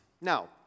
Now